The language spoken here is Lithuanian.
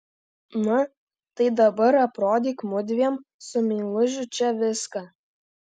na tai dabar aprodyk mudviem su meilužiu čia viską